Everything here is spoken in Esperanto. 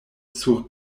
sur